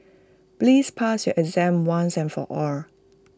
please pass your exam once and for all